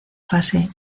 fase